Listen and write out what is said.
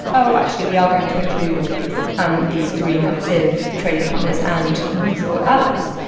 oh, actually, we are going to include um these three massive trading partners and many thought allies.